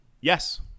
Yes